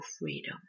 freedom